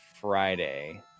Friday